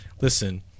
Listen